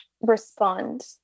respond